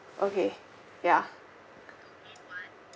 okay ya